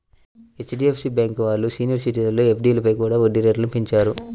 HDFC bank వాళ్ళు senior సిటిజన్ల ఎఫ్డీలపై కూడా వడ్డీ రేట్లను పెంచారు